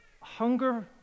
hunger